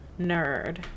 nerd